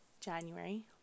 january